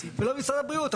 וגם לא משרד הבריאות.